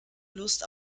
lust